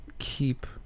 Keep